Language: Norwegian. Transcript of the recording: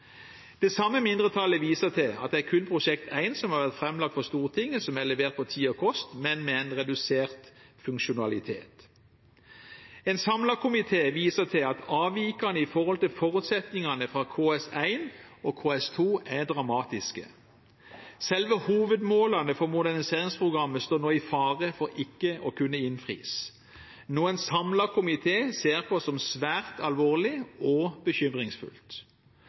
Det samme mindretallet viser til at det kun er Prosjekt 1, som har vært framlagt for Stortinget, som er levert på tid og til kost, men med en redusert funksjonalitet. En samlet komité viser til at avvikene i forhold til forutsetningene fra KS1 og KS2 er dramatiske. Selve hovedmålene for moderniseringsprogrammet står nå i fare for ikke å kunne innfris, noe en samlet komité ser på som svært alvorlig og bekymringsfullt.